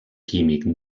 químic